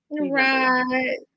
Right